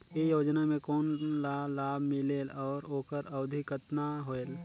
ये योजना मे कोन ला लाभ मिलेल और ओकर अवधी कतना होएल